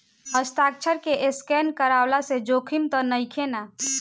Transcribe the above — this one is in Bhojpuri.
हस्ताक्षर के स्केन करवला से जोखिम त नइखे न?